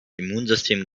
immunsystem